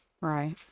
Right